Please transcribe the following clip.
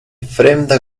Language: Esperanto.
fremda